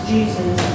Jesus